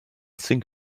sink